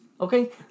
Okay